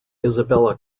isabella